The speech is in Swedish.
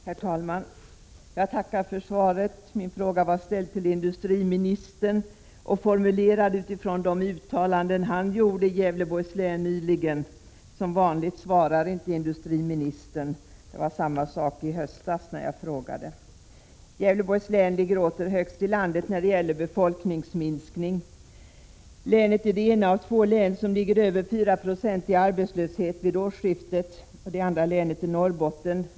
Herr talman! Jag tackar för svaret. Min fråga var ställd till industriministern och formulerad utifrån de uttalanden han gjorde i Gävleborgs län nyligen. Som vanligt svarar inte industriministern. Det var samma sak i höstas när jag frågade. Gävleborgs län ligger åter högst i landet när det gäller befolkningsminskning. Länet är det ena av två län som ligger över 4 96 i arbetslöshet vid årsskiftet — det andra länet är Norrbotten.